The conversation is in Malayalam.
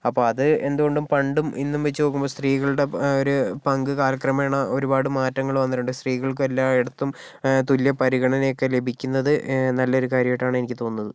അപ്പോൾ അത് എന്ത് കൊണ്ടും പണ്ടും ഇന്നും വെച്ച് നോക്കുമ്പോൾ സ്ത്രീകളുടെ ഒരു പങ്ക് കാലക്രമേണ ഒരുപാട് മാറ്റങ്ങൾ വന്നിട്ടുണ്ട് സ്ത്രീകൾക്ക് എല്ലാ ഇടത്തും തുല്യ പരിഗണനയൊക്കെ ലഭിക്കുന്നത് നല്ലൊരു കാര്യമായിട്ടാണ് എനിക്ക് തോന്നുന്നത്